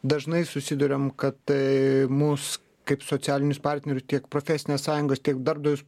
dažnai susiduriam kad tai mus kaip socialinius partneriu tiek profesinės sąjungos tiek darbdavius